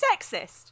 sexist